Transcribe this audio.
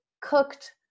cooked